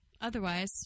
Otherwise